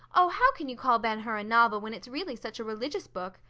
oh, how can you call ben hur a novel when it's really such a religious book?